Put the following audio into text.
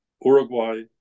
Uruguay